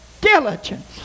diligence